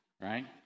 right